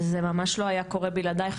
וזה ממש לא היה קורה בלעדייך.